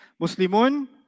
Muslimun